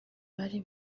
bari